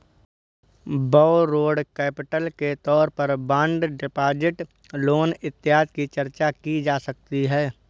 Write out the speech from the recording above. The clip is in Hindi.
बौरोड कैपिटल के तौर पर बॉन्ड डिपॉजिट लोन इत्यादि की चर्चा की जा सकती है